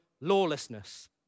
lawlessness